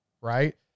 right